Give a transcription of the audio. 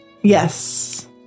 Yes